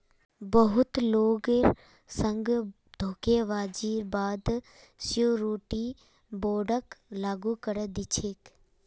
बहुत लोगेर संग धोखेबाजीर बा द श्योरटी बोंडक लागू करे दी छेक